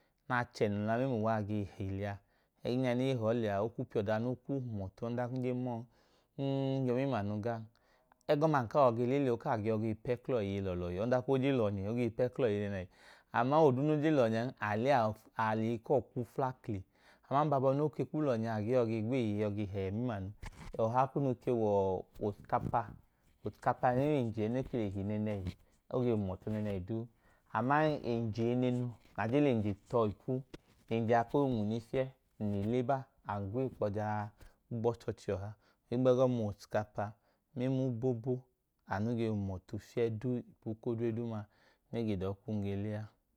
Achẹ num la mẹmla uwa a ge he lẹ a, ẹgẹẹ nẹ e ge he ọọ lẹ a, o kwu piya ọda nẹ o kwu hum ọtu, ọdanka ng jen ma ọọn, ng yọ mẹmla anu glan. Ẹgọma num kla yọi le lẹ, o ge pẹ kla ọọ iye lọọlọhi, ọdanka o je lọhin, o gee pẹ klọ iye lọọlọhi. Aman oduu noo je lọhin, a le a lẹ eyi kuwọ kwu kla kli. Aman o ke kwu lọhi a, a ge yọi le ge gweeye yọ ge hẹhẹ mẹmla anu. Ọha kunu ke wẹ oskapa. Oskapa mẹmla enje nẹẹnẹhi ne le he, o ke hum ọtu nẹẹnẹhi duu. Aman enje eneenu, na jen le enje tọ ipu noo i nwune fiyẹ, ng le le ba, a gwa enkpọ tọ jaa gba ọchọọchi ọha. Ohigbu ẹgọma, oskapa anu mẹmla obobo anu ge hum ọtu fiyẹ duu ipu odre nẹ ka ami le a